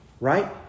right